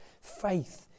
faith